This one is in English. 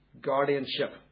guardianship